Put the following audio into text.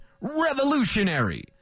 revolutionary